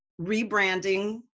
rebranding